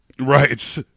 Right